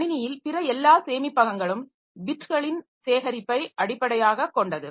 கணினியில் பிற எல்லா சேமிப்பகங்களும் பிட்களின் சேகரிப்பை அடிப்படையாகக் காெண்டது